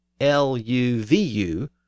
L-U-V-U